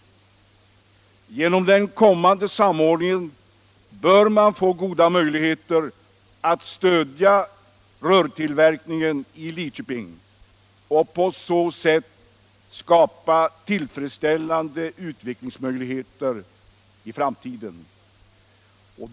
Genom den kommande samordningen bör man kunna få goda möjligheter att stödja rörtillverkningen i Lidköping och på så sätt skapa tillfredsställande utvecklingsmöjligheter i framtiden.